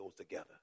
together